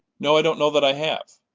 no, i don't know that i have.